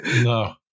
No